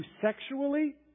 sexually